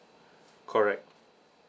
correct